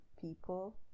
people